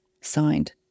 Signed